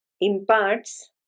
imparts